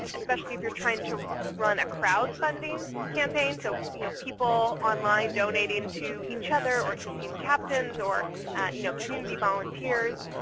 especially if you're trying to run a crowdfunding campaign. so you know people online donating to each other, or to team captains, or you know community volunteers.